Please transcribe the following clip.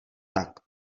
tak